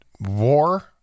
war